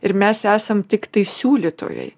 ir mes esam tiktai siūlytojai